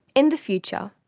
in the future,